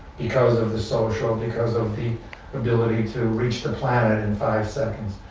because of the social, because of the ability to reach the planet in five seconds.